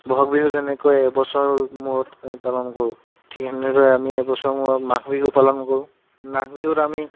বহাগ বিহু যেনেকৈ এবছৰৰ মূৰত আমি পালন কৰোঁ ঠিক সেনেদৰে আমি এবছৰৰ মূৰত মাঘ বিহু পালন কৰোঁ মাঘ বিহুত আমি